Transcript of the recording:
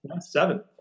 Seven